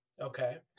Okay